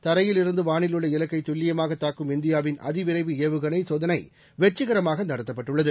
தரையிலிருந்து வானில் உள்ள இலக்கை துல்லியமாகத் தாக்கும் இந்தியாவின் அதி விரைவு ஏவுகணை சோதனை வெற்றிகரமாக நடத்தப்பட்டுள்ளது